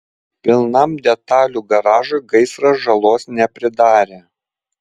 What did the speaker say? pilnam detalių garažui gaisras žalos nepridarė